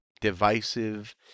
divisive